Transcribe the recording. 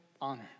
honor